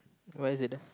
where is it ah